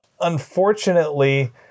Unfortunately